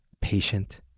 patient